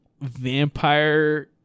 vampire